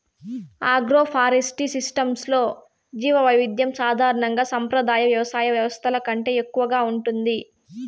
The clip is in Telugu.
ఆగ్రోఫారెస్ట్రీ సిస్టమ్స్లో జీవవైవిధ్యం సాధారణంగా సంప్రదాయ వ్యవసాయ వ్యవస్థల కంటే ఎక్కువగా ఉంటుంది